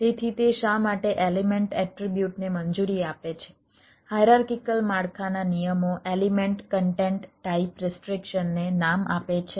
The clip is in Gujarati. તેથી તે શા માટે એલિમેન્ટ એટ્રિબ્યુટને મંજૂરી આપે છે હાયરાર્કિક માળખાના નિયમો એલિમેન્ટ ક્ન્ટેન્ટ ટાઈપ રિસ્ટ્રીક્શનને નામ આપે છે